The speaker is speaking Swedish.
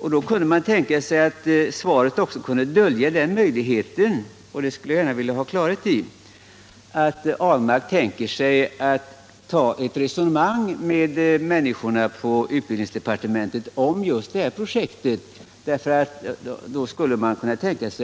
Under sådana förhållanden kunde kanske svaret också tänkas dölja den möjligheten —- och det vill jag gärna ha klarhet i — att herr Ahlmark avser att ta upp ett resonemang med utbildningsdepartementet om detta projekt. I så fall skulle det kanske bli möjligt att